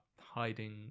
hiding